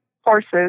horses